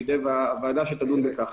בידי הוועדה שתדון בכך.